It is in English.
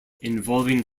involving